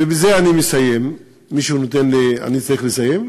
ובזה אני מסיים, אני צריך לסיים?